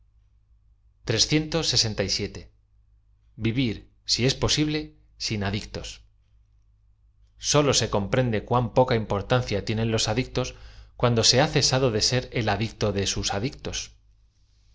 ivir si es posible sin adictos hólo ae comprende cuáo poca importancia tienen loa adictos cuando se ha cesado de ser el adicto de sus adictos